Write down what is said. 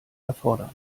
erfordern